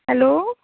hello